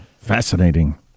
fascinating